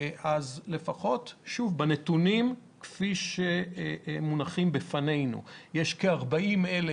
אז בנתונים שמונחים בפנינו יש כ-40,000